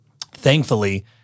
Thankfully